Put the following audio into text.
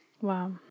Wow